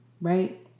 Right